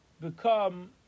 become